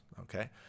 okay